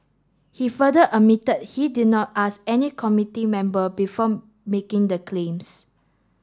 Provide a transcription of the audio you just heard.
he further admitted he did not ask any committee member before making the claims